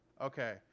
okay